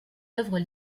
œuvres